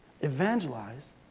Evangelize